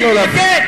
נא לא להפריע לו.